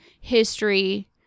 history